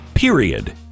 period